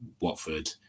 Watford